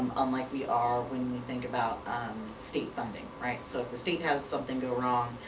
unlike we are when we think about state funding, right? so if the state has something go wrong,